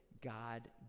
god